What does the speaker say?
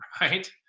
right